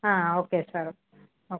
ಹಾಂ okay sir oak